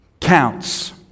counts